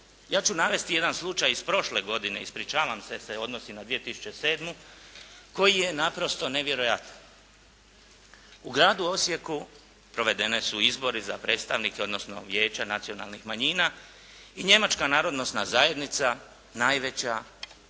Ja ću navesti jedan slučaj iz prošle godine, ispričavam se, odnosi se na 2007. koji je naprosto nevjerojatan. U gradu Osijeku provedeni su izbori za predstavnike odnosno vijeća nacionalnih manjina i njemačka narodnosna zajednica najveća